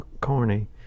corny